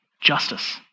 justice